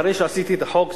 אחרי שעשיתי את החוק,